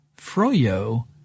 froyo